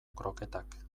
kroketak